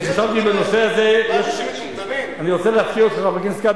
אני רוצה להפתיע אותך, חבר הכנסת כץ.